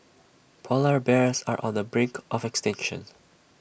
Polar Bears are on the brink of extinction